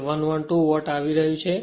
તે 112 વોટ આવી રહ્યું છે